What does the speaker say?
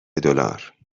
دلار